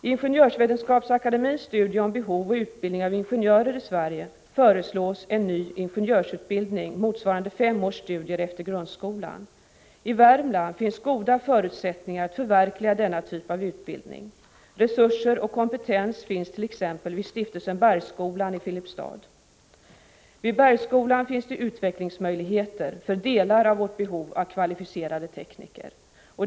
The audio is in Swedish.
I Ingenjörsvetenskapsakademiens studie om behov och utbildning av ingenjörer i Sverige föreslås en ny ingenjörsutbildning, motsvarande fem års studier efter grundskolan. I Värmland finns goda förutsättningar att förverkliga denna typ av utbildning. Resurser och kompetens finns t.ex. vid Stiftelsen Bergsskolan i Filipstad. Vid Bergsskolan finns det utvecklingsmöjligheter för delar av vårt behov av kvalificerade tekniker.